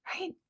Right